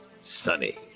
sunny